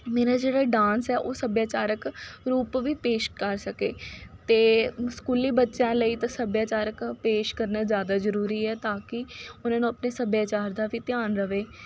ਮੇਰਾ ਜਿਹੜਾ ਡਾਂਸ ਹੈ ਉਹ ਸੱਭਿਆਚਾਰਕ ਰੂਪ ਵੀ ਪੇਸ਼ ਕਰ ਸਕੇ ਅਤੇ ਸਕੂਲੀ ਬੱਚਿਆਂ ਲਈ ਤਾਂ ਸੱਭਿਆਚਾਰਕ ਪੇਸ਼ ਕਰਨਾ ਜ਼ਿਆਦਾ ਜ਼ਰੂਰੀ ਹੈ ਤਾਂ ਕਿ ਉਹਨਾਂ ਨੂੰ ਆਪਣੇ ਸੱਭਿਆਚਾਰ ਦਾ ਵੀ ਧਿਆਨ ਰਵੇ